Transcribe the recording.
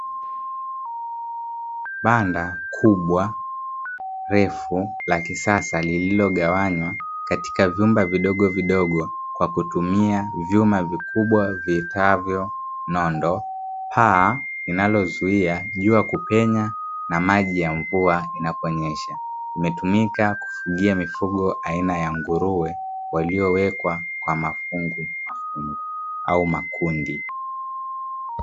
Banda kubwa refu la kisasa lililogawanywa katika vyumba vidovidogo kwa kutumia vyuma vikubwa viitwavyo nondo, paa linalozuia jua kupenya na maji ya mvua inaponyesha, imetumika kufugia mifugo aina ya nguruwe waliowekwa kwa mafungumafungu au makundi.